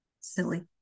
Silly